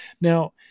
Now